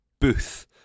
booth